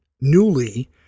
newly